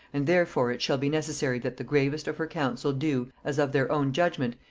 and therefore it shall be necessary that the gravest of her council do, as of their own judgement,